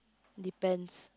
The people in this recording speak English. depends